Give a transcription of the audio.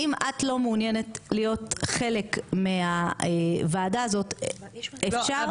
אם את לא מעוניינת להיות חלק מהוועדה הזאת אפשר --- לא,